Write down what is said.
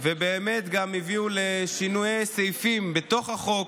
ובאמת הביאו גם לשינויי סעיפים בתוך החוק.